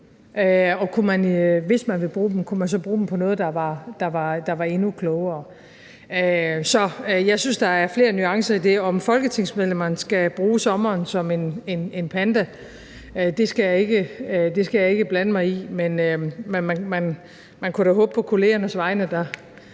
dels overveje, om man kunne bruge dem på noget, der var endnu klogere. Så jeg synes, der er flere nuancer i det. Om folketingsmedlemmerne skal bruge sommeren som en panda, skal jeg ikke blande mig i, men man kunne da håbe på kollegaernes vegne,